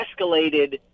escalated